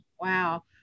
Wow